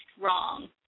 wrong